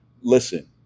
listen